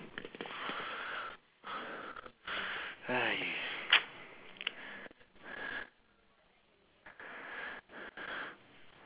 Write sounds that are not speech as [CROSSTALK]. [NOISE]